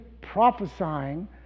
prophesying